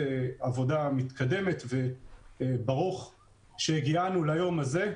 ברוך שהגיענו ליום הזה.